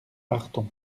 arthon